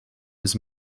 was